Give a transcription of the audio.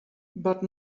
but